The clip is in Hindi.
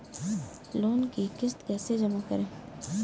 लोन की किश्त कैसे जमा करें?